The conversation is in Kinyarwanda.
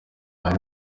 ari